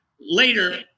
later